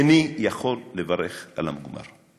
איני יכול לברך על המוגמר.